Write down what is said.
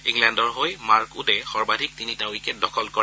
ইংলেণ্ডৰ হৈ মাৰ্ক উডে সৰ্বাধিক তিনিটা উইকেট দখল কৰে